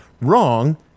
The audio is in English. wrong